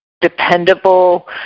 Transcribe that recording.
dependable